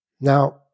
Now